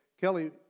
Kelly